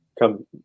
come